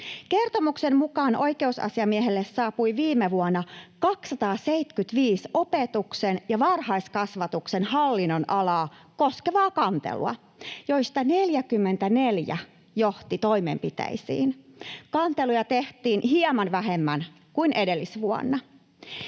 Kertomuksen mukaan oikeusasiamiehelle saapui viime vuonna 275 opetuksen ja varhaiskasvatuksen hallinnonalaa koskevaa kantelua, joista 44 johti toimenpiteisiin. Kanteluja tehtiin hieman vähemmän kuin edellisvuonna.